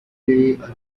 argentina